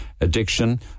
addiction